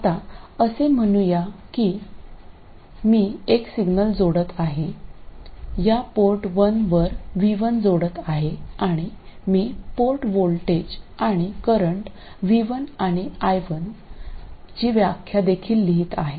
आता असे म्हणूया की मी एक सिग्नल जोडत आहे या पोर्ट 1 वर v1 जोडत आहे आणि मी पोर्ट व्होल्टेज आणि करंट v1 आणि i1 ची व्याख्या देखील लिहित आहे